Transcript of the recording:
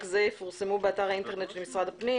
זה יפורסמו באתר האינטרנט של משרד הפנים,